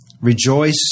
Rejoice